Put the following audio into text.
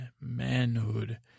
manhood